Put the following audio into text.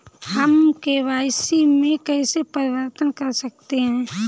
हम के.वाई.सी में कैसे परिवर्तन कर सकते हैं?